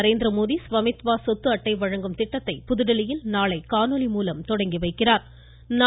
நரேந்திரமோடி ஸ்வமித்வா சொத்து அட்டை வழங்கும் திட்டத்தை புதுதில்லியில் நாளை காணொலி மூலம் தொடங்கி வைக்கிறார்